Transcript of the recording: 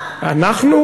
איך אתה לא מתבייש?